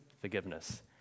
forgiveness